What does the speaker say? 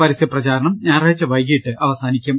പരസ്യപ്രചാ രണം ഞായറാഴ്ച വൈകീട്ട് അവസാനിക്കും